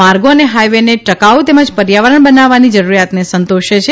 માર્ગો અને હાઇવેને ટકાઉ તેમજ પર્યાવરણ બનાવવાની જરૂરીયાતને સંતોષે છે